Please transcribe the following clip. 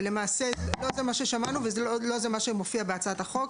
אבל לא זה מה ששמענו, לא זה מה שמופיע בהצעת החוק.